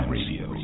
Radio